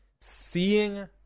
seeing